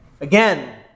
Again